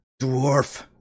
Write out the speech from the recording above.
dwarf